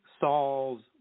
Saul's